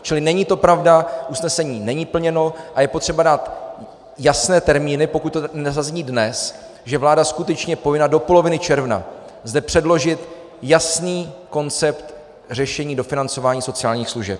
Čili není to pravda, usnesení není plněno a je potřeba dát jasné termíny, pokud to nezazní dnes, že vláda je skutečně povinna do poloviny června zde předložit jasný koncept řešení dofinancování služeb.